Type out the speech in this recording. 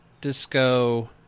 Disco